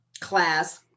class